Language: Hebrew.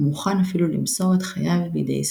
המוכן אפילו למסור את חייו בידי שונא.